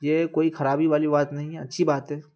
یہ کوئی خرابی والی بات نہیں ہے اچھی بات ہے